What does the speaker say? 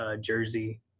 Jersey